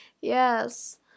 yes